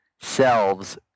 selves